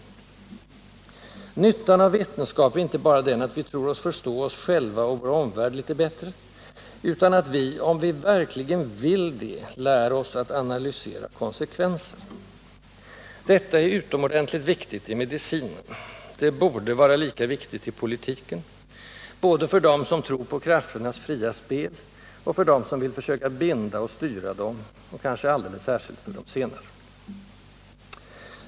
Nyttan av vetenskap är inte bara den att vi tror oss förstå oss själva och vår omvärld litet bättre, utan att vi — om vi verkligen vill det — lär oss att analysera konsekvenser. Detta är utomordentligt viktigt i medicinen. Det borde vara lika viktigt i politiken — både för dem som tror på krafternas fria spel och för dem som vill försöka binda och styra dem — kanske särskilt för de senare.